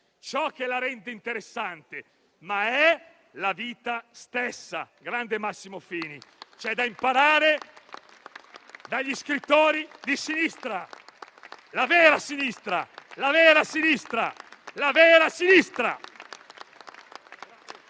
ciò che la rende interessante, ma è la vita stessa». Grande, Massimo Fini. C'è da imparare dagli scrittori di sinistra, la vera sinistra!